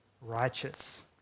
righteous